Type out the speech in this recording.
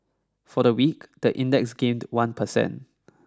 for the week the index gained one percent